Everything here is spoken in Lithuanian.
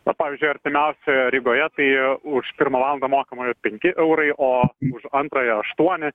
na pavyzdžiui artimiausia rygoje tai už pirmą valandą mokama penki eurai o už antrąją aštuoni